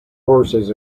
horses